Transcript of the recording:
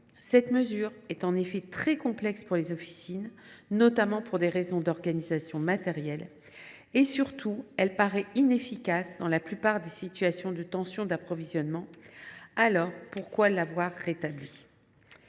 Cette mesure est en effet très complexe pour les officines, notamment pour des raisons d’organisation matérielle. Surtout, elle semble inefficace dans la plupart des situations où l’on observe des tensions dans l’approvisionnement. Alors, pourquoi l’avoir rétablie ?